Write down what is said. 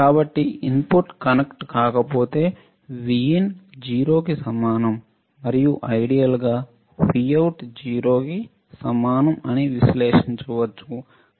కాబట్టి input connect కాకపోతే Vin 0 కి సమానం మరియు ఐడియల్ గా Vout 0 కి సమానం అని విశ్లేషించవచ్చు